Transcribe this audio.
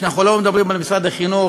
שאנחנו לא מדברים על משרד החינוך,